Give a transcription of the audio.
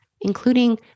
including